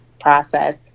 process